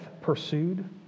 pursued